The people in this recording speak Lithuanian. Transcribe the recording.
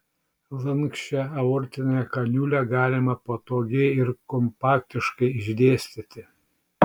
lanksčią aortinę kaniulę galima patogiai ir kompaktiškai išdėstyti